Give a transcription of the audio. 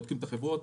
בודקים את החברות,